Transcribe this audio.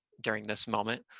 during this moment.